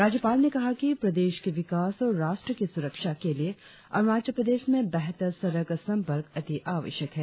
राज्यपाल ने कहा कि प्रदेश के विकास और राष्ट्र की सुरक्षा के लिए अरुणाचल प्रदेश में बेहतर सड़क संपर्क अतिआवश्यक है